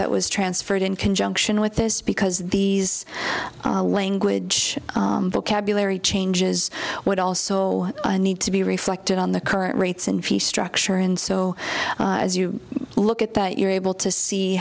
that was transferred in conjunction with this because these language vocabulary changes would also need to be reflected on the current rates and structure and so as you look at that you're able to see